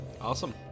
awesome